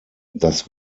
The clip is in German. das